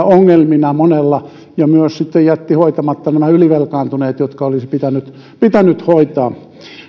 ongelmina monilla ja myös jätti hoitamatta nämä ylivelkaantuneet jotka olisi pitänyt pitänyt hoitaa